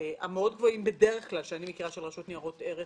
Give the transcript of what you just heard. המאוד גבוהים שיש ברשות ניירות ערך?